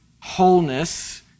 wholeness